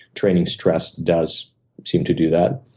training stress does seem to do that.